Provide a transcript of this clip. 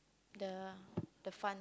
the the fun